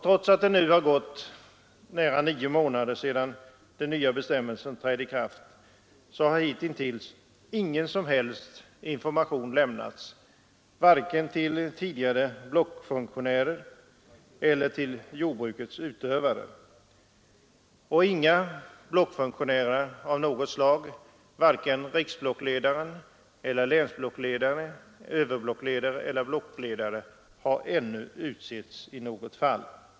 Trots att det nu har gått nära nio månader sedan den nya bestämmelsen trädde i kraft har hittills ingen som helst information lämnats vare sig till tidigare blockfunktionärer eller till jordbrukets utövare. Inga blockfunktionärer av något slag, vare sig riksblockledare eller länsblockledare, överblockledare eller blockledare, har ännu utsetts.